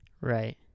Right